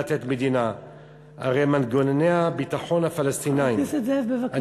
הרחוב הפלסטיני לא